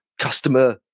customer